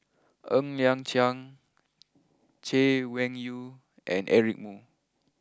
Ng Liang Chiang Chay Weng Yew and Eric Moo